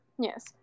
Yes